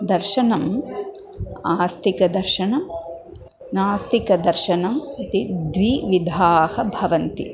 दर्शनम् आस्तिकदर्शनं नास्तिकदर्शनम् इति द्विविधाः भवन्ति